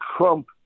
Trump